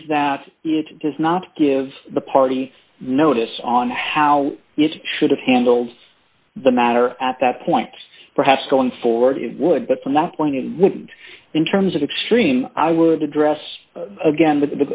is that it does not give the party notice on how you should have handled the matter at that point perhaps going forward it would but from that point when in terms of extreme i would address again with